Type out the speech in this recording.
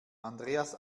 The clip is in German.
andreas